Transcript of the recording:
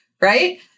right